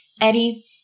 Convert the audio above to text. Eddie